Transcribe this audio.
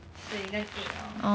水跟 egg orh